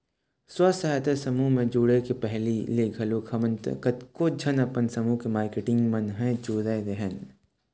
स्व सहायता समूह म जुड़े के पहिली ले घलोक हमन कतको झन अपन समूह के मारकेटिंग मन ह जुरियाय रेहेंन